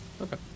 okay